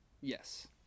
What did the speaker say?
Yes